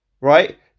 right